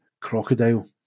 crocodile